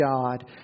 God